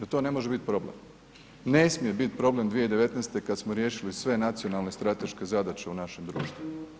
Da to ne može biti problem, ne smije biti problem 2019. kad smo riješili sve nacionalne strateške zadaće u našem društvu.